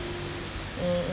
mm